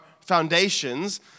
foundations